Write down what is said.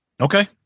Okay